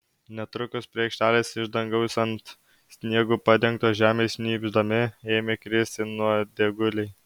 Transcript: netrukus prie aikštelės iš dangaus ant sniegu padengtos žemės šnypšdami ėmė kristi nuodėguliai